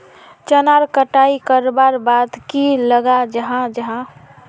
चनार कटाई करवार बाद की लगा जाहा जाहा?